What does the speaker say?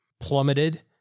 plummeted